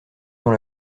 dans